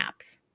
apps